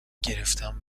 گرفنم